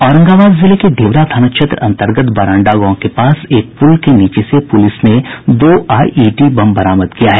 औरंगाबाद जिले के ढ़िबरा थाना क्षेत्र अन्तर्गत बरांडा गांव के पास एक पुल के नीचे से पुलिस ने दो आई ई डी बम बरामद किया है